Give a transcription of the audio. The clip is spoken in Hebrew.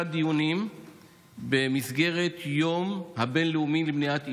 דיונים במסגרת היום הבין-לאומי למניעת עישון.